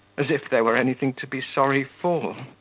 as if there were anything to be sorry for!